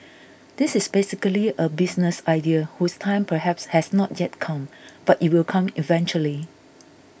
this is basically a business idea whose time perhaps has not yet come but it will come eventually